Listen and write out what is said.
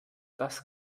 das